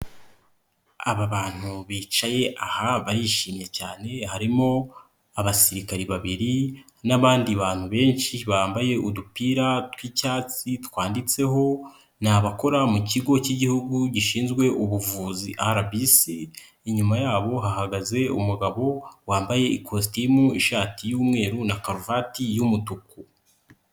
Aba bantu bicaye aha barishimye cyane, harimo abasirikare babiri n'abandi bantu benshi bambaye udupira tw'icyatsi twanditseho. Ni abakora mu kigo cy'Igihugu gishinzwe ubuvuzi RBC. Inyuma yabo hahagaze umugabo wambaye: ikositimu, ishati y'umweru na karuvati y'umutuku.